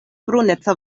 bruneca